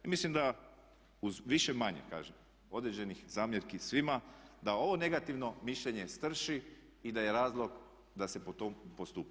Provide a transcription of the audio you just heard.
I mislim da, uz više-manje kažem određenih zamjerki svima, da ovo negativno mišljenje strši i da je razlog da se po tom postupa.